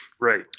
Right